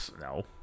no